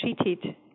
treated